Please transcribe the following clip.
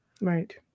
right